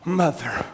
mother